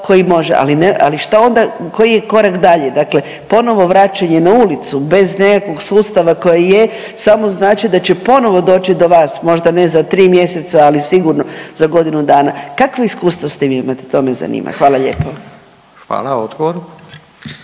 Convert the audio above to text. koji je korak dalje? Ponovno vraćanje na ulicu bez nekakvog sustava koji je samo znači da će ponovno doći do vas, možda ne za tri mjeseca, ali sigurno za godinu dana. Kakva iskustva s tim imate to me zanima? Hvala lijepo. **Radin,